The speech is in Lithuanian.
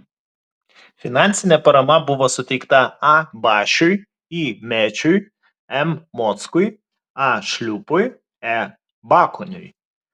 finansinė parama buvo suteikta a bašiui i mėčiui m mockui a šliupui e bakoniui